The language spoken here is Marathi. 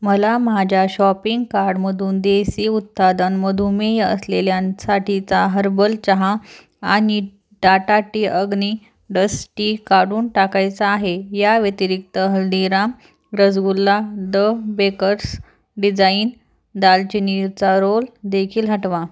मला माझ्या शॉपिंग कार्डमधून देसी उत्थान मधुमेह असलेल्यांसाठीचा हर्बल चहा आणि Tata tea Agni dust tea काढून टाकायचा आहे या व्यतिरिक्त Haldiram rasgulla the bakers design दालचिनीचा रोल देखील हटवा